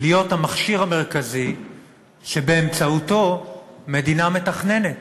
להיות המכשיר המרכזי שבאמצעותו מדינה מתכננת,